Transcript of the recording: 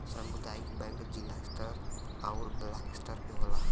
सामुदायिक बैंक जिला स्तर आउर ब्लाक स्तर पे होला